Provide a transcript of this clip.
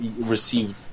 received